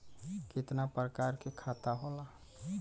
कितना प्रकार के खाता होला?